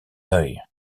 bui